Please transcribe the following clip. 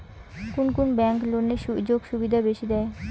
কুন কুন ব্যাংক লোনের সুযোগ সুবিধা বেশি দেয়?